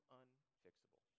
unfixable